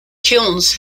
kilns